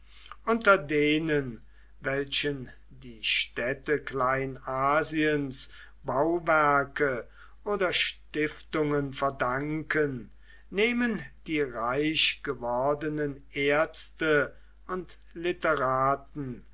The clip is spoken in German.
unter denen welchen die städte kleinasiens bauwerke oder stiftungen verdanken nehmen die reich gewordenen a und literaten